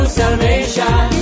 salvation